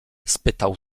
spytał